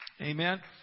Amen